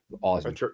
awesome